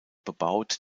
bebaut